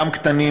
גם קטנים,